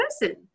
person